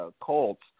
Colts